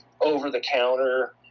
over-the-counter